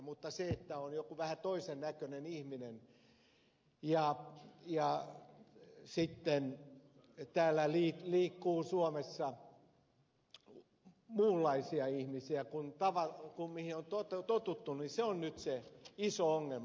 mutta se että on joku vähän toisen näköinen ihminen ja sitten täällä suomessa liikkuu muunlaisia ihmisiä kuin mihin on totuttu on nyt se iso ongelma